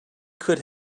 could